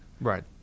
Right